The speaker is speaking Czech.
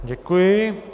Děkuji.